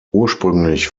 ursprünglich